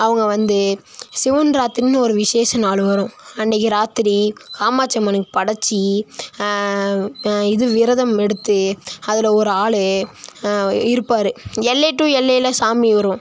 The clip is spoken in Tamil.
அவங்க வந்து சிவன் ராத்திரின்னு ஒரு விஷேச நாள் வரும் அன்னைக்கு ராத்திரி காமாட்சி அம்மனுக்கு படைச்சி இது விரதம் எடுத்து அதுல ஒரு ஆள் இருப்பார் எல்லை டூ எல்லையில சாமி வரும்